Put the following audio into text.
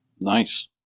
nice